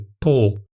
Paul